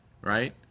Right